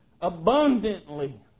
abundantly